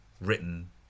written